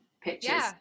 pictures